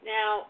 Now